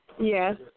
Yes